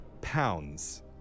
pounds